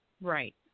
Right